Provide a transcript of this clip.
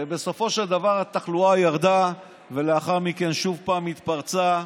ובסופו של דבר התחלואה ירדה ולאחר מכן שוב פעם התפרצה.